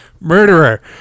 murderer